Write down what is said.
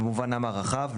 במובנם הרחב,